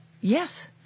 Yes